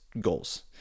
goals